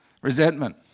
Resentment